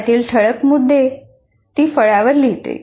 त्यातील ठळक मुद्दे ती फळ्यावर लिहिते